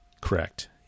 Correct